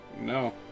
No